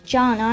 John